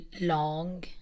long